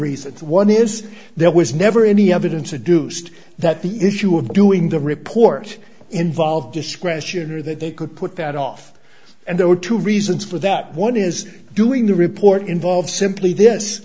reasons one is there was never any evidence a deuced that the issue of doing the report involved discretion or that they could put that off and there were two reasons for that one is doing the report involve simply this